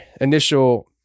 initial